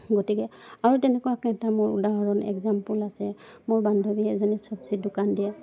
গতিকে আৰু তেনেকুৱাকৈ এটা মোৰ উদাহৰণ এক্জাম্পুল আছে মোৰ বান্ধৱী এজনী চব্জি দোকান দিয়ে